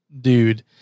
Dude